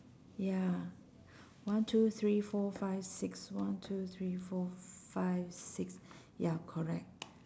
ya one two three four five six one two three four five six ya correct